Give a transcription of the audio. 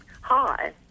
Hi